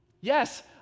Yes